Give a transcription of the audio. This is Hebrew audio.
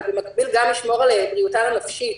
אבל במקביל גם ישמור על בריאותן הנפשית.